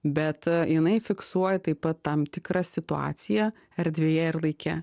bet a jinai fiksuoja taip pat tam tikrą situaciją erdvėje ir laike